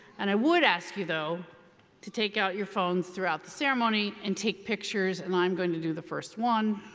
and i would ask you though to take out your phones throughout the ceremony and take pictures and i'm going to do the first one.